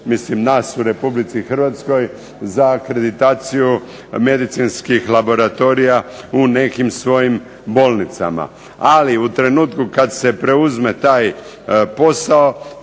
mislim nas u RH, za akreditaciju medicinskih laboratorija u nekim svojim bolnicama. Ali, u trenutku kad se preuzme taj posao